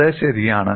അത് ശരിയാണ്